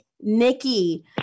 Nikki